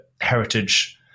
heritage